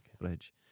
fridge